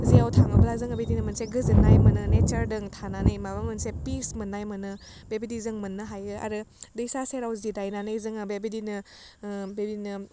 जेराव थाङोब्ला जोङो बिदिनो मोनसे गोजोननाय मोनो नेचारदों थानानै माबा मोनसे पिस मोननाय मोननाय मोनो बेबायदि जों मोन्नो हायो आरो दैसा सेराव जिरायनानै जोङो बेबायदिनो बेबायदिनो